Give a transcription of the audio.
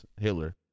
Hitler